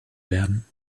werden